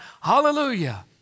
Hallelujah